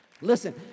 listen